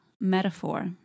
metaphor